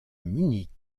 munich